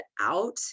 out